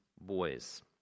boys